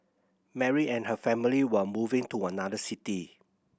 Mary and her family were moving to another city